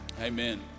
amen